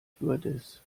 stewardess